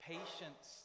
Patience